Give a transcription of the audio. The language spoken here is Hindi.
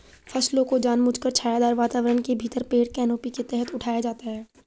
फसलों को जानबूझकर छायादार वातावरण के भीतर पेड़ कैनोपी के तहत उठाया जाता है